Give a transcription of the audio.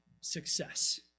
success